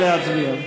נא להצביע.